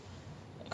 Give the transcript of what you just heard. orh